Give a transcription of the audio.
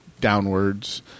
downwards